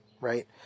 right